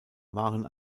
waren